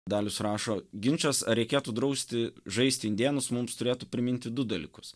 dalius rašo ginčas ar reikėtų drausti žaisti indėnus mums turėtų priminti du dalykus